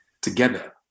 together